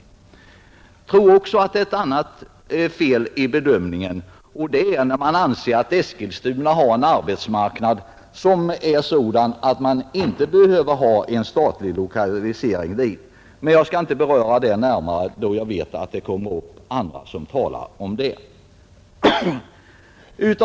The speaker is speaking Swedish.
Ett annat fel i bedömningen tror jag är att man anser att Eskilstuna har en sådan arbetsmarknad att det inte behövs någon statlig lokalisering dit. Men jag skall inte beröra det närmare, då jag vet att andra talare kommer att ta upp den frågan.